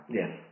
yes